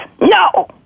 No